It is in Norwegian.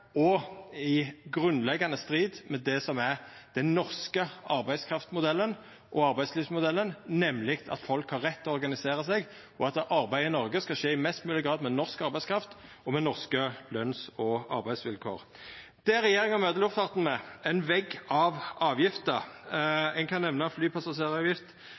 i strid med det som er den norske arbeidskrafts- og arbeidslivsmodellen, nemleg at folk har rett til å organisera seg, og at arbeid i Noreg i størst mogleg grad skal skje med norsk arbeidskraft og med norske lønns- og arbeidsvilkår. Det regjeringa møter luftfarten med, er ein vegg av avgifter. Ein kan nemna flypassasjeravgift,